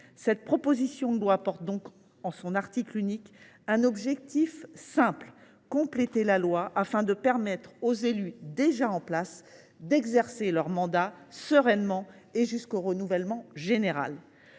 Cette proposition de loi porte donc en son article unique un objectif simple : compléter la loi afin de permettre aux élus en place d’exercer leur mandat sereinement et jusqu’au renouvellement général.